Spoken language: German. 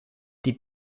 die